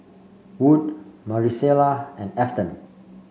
Wood Marisela and Afton